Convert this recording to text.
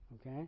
Okay